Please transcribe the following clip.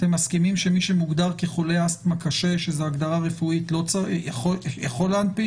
אתם מסכימים שמי שמוגדר כחולה אסטמה קשה שזה הגדרה רפואית יכול להנפיק?